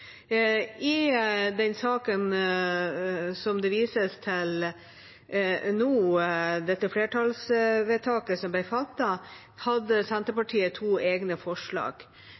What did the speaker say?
I den saken som det vises til nå, det flertallsvedtaket som ble fattet, hadde Senterpartiet to egne forslag.